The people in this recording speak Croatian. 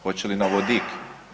Hoće li na vodik?